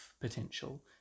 potential